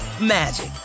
magic